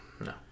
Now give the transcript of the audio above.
No